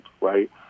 right